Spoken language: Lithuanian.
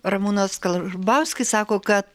ramūnas karbauskis sako kad